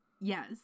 Yes